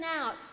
out